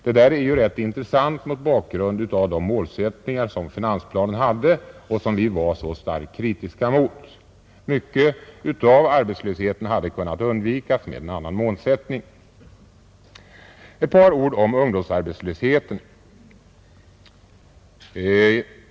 Det där är ju rätt intressant mot bakgrund av de målsättningar som finansplanen hade och som vi var så starkt kritiska mot. Mycket av arbetslösheten hade kunnat undvikas med en annan målsättning. Ett par ord om ungdomsarbetslösheten.